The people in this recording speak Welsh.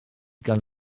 gan